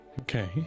Okay